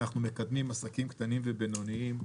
אנחנו מקדמים עסקים קטנים ובינוניים,